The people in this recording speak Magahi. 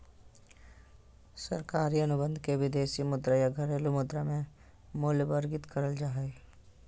सरकारी अनुबंध के विदेशी मुद्रा या घरेलू मुद्रा मे मूल्यवर्गीत करल जा हय